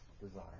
desire